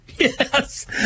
Yes